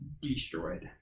destroyed